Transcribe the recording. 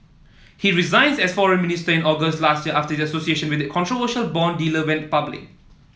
he resigned as foreign minister in August last year after this association with the controversial bond dealer went public